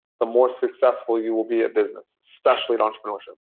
the more successful you will be at business, especially in entrepreneurship.